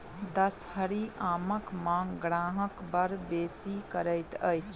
दसहरी आमक मांग ग्राहक बड़ बेसी करैत अछि